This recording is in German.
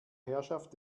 herrschaft